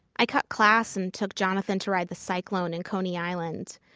i cut class and took jonathan to ride the cyclone in coney island.